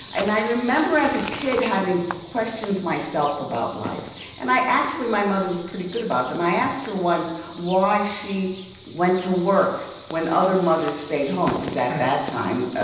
and i remember as a kid having questions myself about life. and i actually, my mother was pretty good about them. i asked her once why she went to work when other mothers stayed home because at that time,